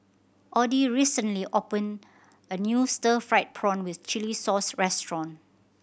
Audy recently opene a new stir fried prawn with chili sauce restaurant